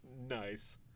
nice